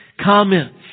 comments